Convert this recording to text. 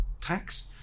tax